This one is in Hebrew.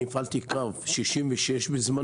אני הפעלתי קו 66 בזמנו,